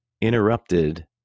interrupted